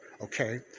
Okay